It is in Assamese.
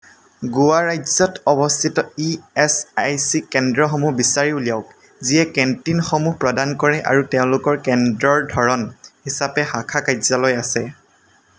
গোৱা ৰাজ্যত অৱস্থিত ইএচআইচি কেন্দ্ৰসমূহ বিচাৰি উলিয়াওক যিয়ে কেন্টিনসমূহ প্ৰদান কৰে আৰু তেওঁলোকৰ কেন্দ্ৰৰ ধৰণ হিচাপে শাখা কাৰ্যালয় আছে